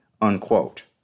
unquote